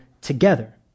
together